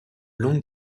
longue